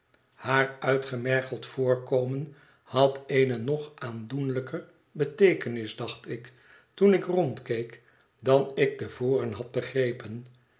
haar uitgemergeld voorkomen had eene nog aandoenlijker beteekenis dacht ik toen ik rondkeek dan ik te voren had begrepen